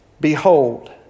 behold